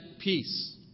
peace